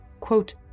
Quote